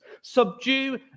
Subdue